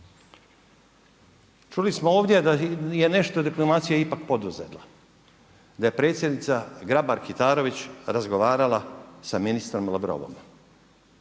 Čuli smo ovdje da je nešto diplomacija ipak poduzela, da je predsjednica Grabar-Kitarović razgovarala sa ministrom Lavrovom.